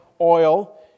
oil